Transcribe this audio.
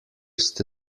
ste